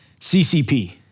CCP